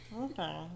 Okay